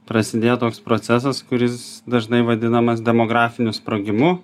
prasidėjo toks procesas kuris dažnai vadinamas demografiniu sprogimu